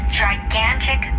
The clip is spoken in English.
gigantic